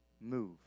move